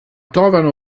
trovano